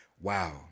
Wow